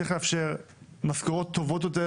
צריך לאפשר משכורות טובות יותר,